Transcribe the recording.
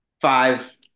five